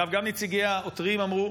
אגב, גם נציגי העותרים אמרו: